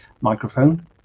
microphone